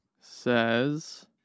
says